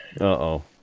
Uh-oh